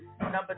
Number